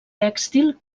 tèxtil